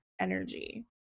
energy